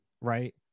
right